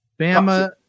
Bama